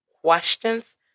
questions